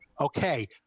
Okay